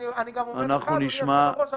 אני גם אומר לך, אדוני יושב-ראש הוועדה,